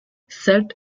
set